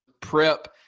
prep